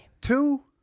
Two